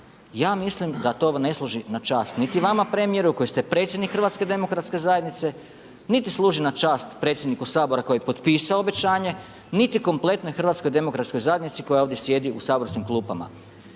Ja mislim da to ne služi na čast niti vama premijeru, koji ste predsjednik HDZ-a, niti služi na čast predsjedniku Sabora koji je potpisao obećanje, niti kompletnom HDZ-u koji ovdje sjedi u saborskim klupama.